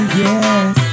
yes